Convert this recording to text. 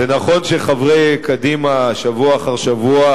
זה נכון שחברי קדימה שבוע אחר שבוע